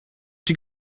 die